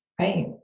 Right